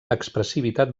expressivitat